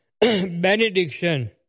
benediction